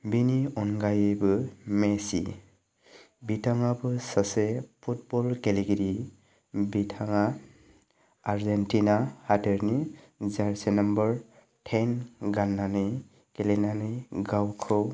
बिनि अनगायैबो मेसि बिथाङाबो सासे फुटबल गेलेगिरि बिथाङा आर्जेन्टिना हादरनि जारसि नाम्बार टेन गाननानै गेलेनानै गावखौ